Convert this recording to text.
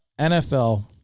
NFL